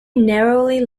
narrowly